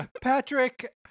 Patrick